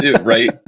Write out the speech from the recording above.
Right